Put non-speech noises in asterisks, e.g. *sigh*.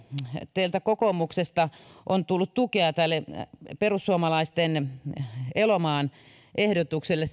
teiltä kokoomuksesta on tullut tukea tälle perussuomalaisten elomaan ehdotukselle *unintelligible*